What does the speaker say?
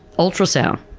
ultrasound.